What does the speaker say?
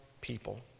people